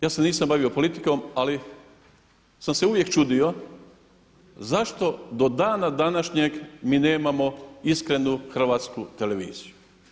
Ja se nisam bavio politikom ali sam se uvijek čudio zašto do dana današnjega mi nemamo iskrenu Hrvatsku televiziju.